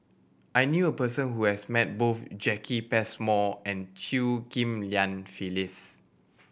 I knew a person who has met both Jacki Passmore and Chew Ghim Lian Phyllis